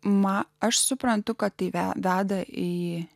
man aš suprantu kad tai veda į